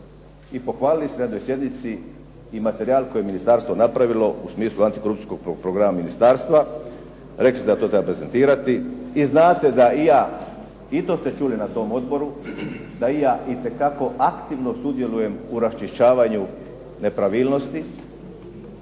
i pohvalili ste na jednoj sjednici i materijal koje je ministarstvo napravilo u smislu antikorupcijskog programa ministarstva. Rekli ste da to treba prezentirati i znate da i ja, i to ste čuli na tom odboru da i ja itekako aktivno sudjelujem u raščišćavanju nepravilnosti